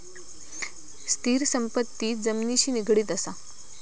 स्थिर संपत्ती जमिनिशी निगडीत असा